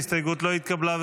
ההסתייגות לא התקבלה.